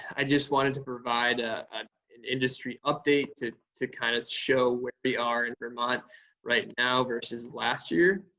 i just wanted to provide ah ah an industry update to to kind of show where we are in vermont right now versus last year.